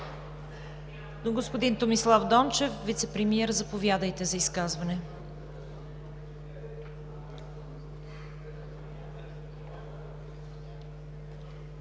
Господин Томислав Дончев – вицепремиер, заповядайте за изказване.